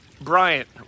Bryant